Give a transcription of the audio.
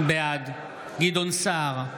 בעד גדעון סער,